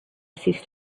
ceased